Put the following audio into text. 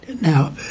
Now